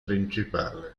principale